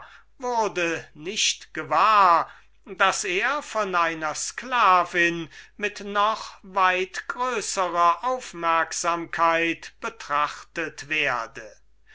wurde nicht gewahr daß er von einer sklavin mit noch weit größerer aufmerksamkeit betrachtet wurde